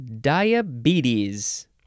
diabetes